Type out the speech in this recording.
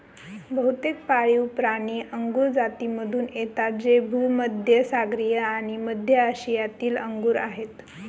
बहुतेक पाळीवप्राणी अंगुर जातीमधून येतात जे भूमध्य सागरीय आणि मध्य आशियातील अंगूर आहेत